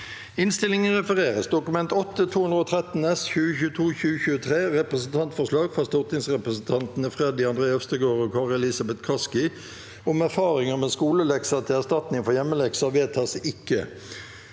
følgende v e d t a k : Dokument 8:213 S (2022–2023) – Representantforslag fra stortingsrepresentantene Freddy André Øvstegård og Kari Elisabeth Kaski om erfaringer med skolelekser til erstatning for hjemmelekser – vedtas ikke.